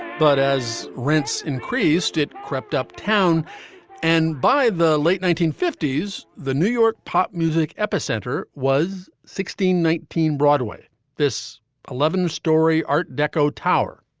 but as rents increased, it crept uptown and by the late nineteen fifty s, the new york pop music epicenter was sixteen nineteen broadway this eleven story art deco tower,